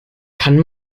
kann